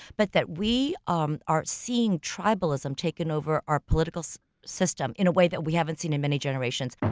but that we um are seeing tribalism taken over our political system in a way that we haven't seen in many generations.